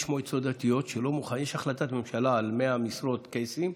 יש החלטת ממשלה על 100 משרות קייסים,